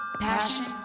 Passion